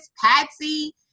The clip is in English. Patsy